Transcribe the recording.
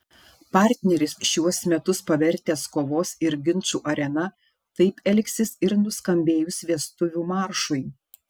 partneris šiuos metus pavertęs kovos ir ginčų arena taip elgsis ir nuskambėjus vestuvių maršui